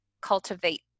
cultivate